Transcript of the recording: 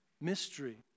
mystery